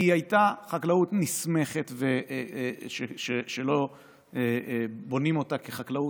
היא הייתה חקלאות נסמכת, שלא בונים אותה כחקלאות.